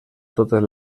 totes